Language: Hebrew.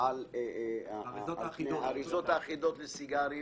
באריזות לסיגרים.